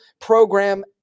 program